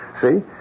See